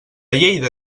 lleida